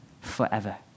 forever